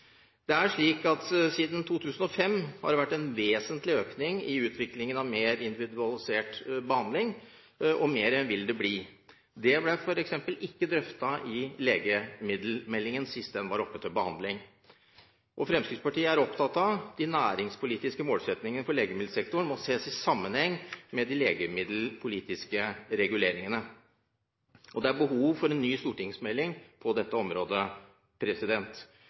Det er slik at det siden 2005 har vært en vesentlig økning i utviklingen av mer individualisert behandling, og mer vil det bli. Det ble f.eks. ikke drøftet i legemiddelmeldingen sist den var oppe til behandling. Fremskrittspartiet er opptatt av at de næringspolitiske målsettingene for legemiddelsektoren må ses i sammenheng med de legemiddelpolitiske reguleringene. Det er behov for en ny stortingsmelding på dette området.